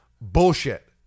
Bullshit